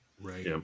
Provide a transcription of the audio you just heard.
Right